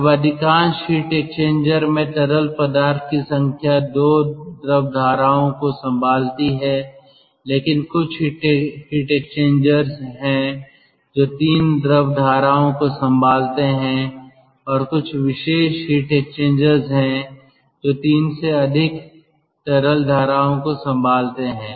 तब अधिकांश heat exchanger में तरल पदार्थ की संख्या 2 द्रव धाराओं को संभालती है लेकिन कुछ हीट एक्सचेंजर्स हैं जो 3 द्रव धाराओं को संभालते हैं और कुछ विशेष हीट एक्सचेंजर्स हैं जो 3 से अधिक तरल धाराओं को संभालते हैं